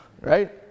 right